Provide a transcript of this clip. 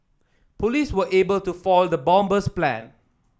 police were able to foil the bomber's plan